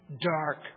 dark